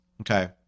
okay